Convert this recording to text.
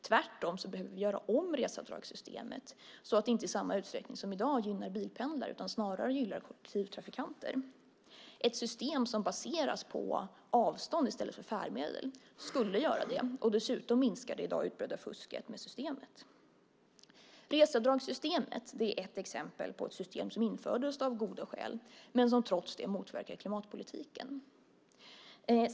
Tvärtom behöver vi göra om reseavdragssystemet så att det inte i samma utsträckning som i dag gynnar bilpendlare utan snarare kollektivtrafikanter. Ett system som baseras på avstånd i stället för färdmedel skulle göra det, och dessutom minska det i dag utbredda fusket med systemet. Reseavdragssystemet är ett exempel på ett system som infördes av goda skäl, men som trots det motverkar klimatpolitiken.